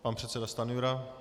Pan předseda Stanjura.